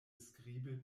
skribe